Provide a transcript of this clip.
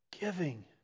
Giving